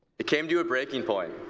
it came to a breaking point.